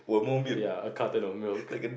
ya a carton of milk